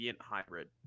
hybrid